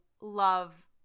love